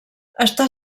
està